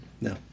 No